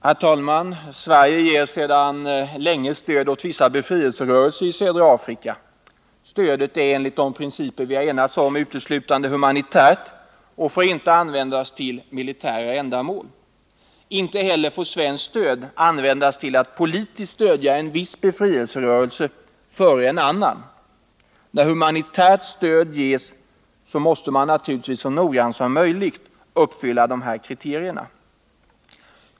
Herr talman! Sverige ger sedan länge stöd åt vissa befrielserörelser i södra Afrika. Stödet är enligt de principer vi enats om uteslutande humanitärt och får inte användas till militära ändamål. Inte heller får svenskt stöd användas till att politiskt stödja en viss befrielserörelse före en annan. När humanitärt stöd ges måste man naturligtvis så noggrant som möjligt uppfylla dessa kriterier.